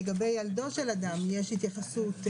לגבי ילדו של אדם יש התייחסות.